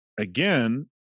again